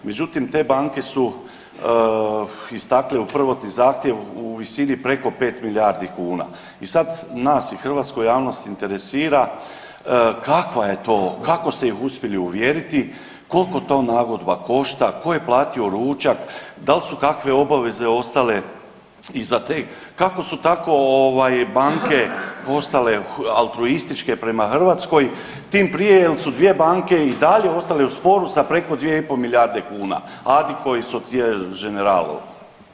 Međutim, te banke su istakle u prvotni zahtjev u visini preko 5 milijardi kuna i sad nas i hrvatsku javnost interesira kako ste ih uspjeli uvjeriti, koliko to nagodba košta, ko je platio ručak, dal su kakve obveze ostale i za te, kako su tako banke postale altruističke prema Hrvatskoj tim prije jel su dvije banke i dalje ostale u sporu sa preko 2,5 milijarde kuna Addiko i Societe Generale?